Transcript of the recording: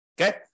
okay